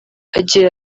agira